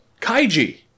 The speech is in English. Kaiji